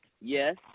Yes